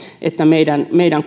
että meidän meidän